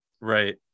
Right